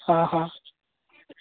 ହଁ ହଁ